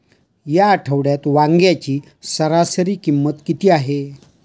या आठवड्यात वांग्याची सरासरी किंमत किती आहे?